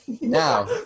now